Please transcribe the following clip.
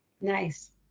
Nice